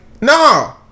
no